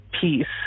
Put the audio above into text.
peace